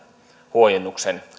huojennuksen